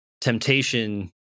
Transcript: temptation